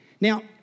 Now